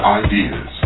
ideas